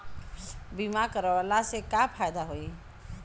बीमा करवला से का फायदा होयी?